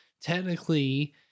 technically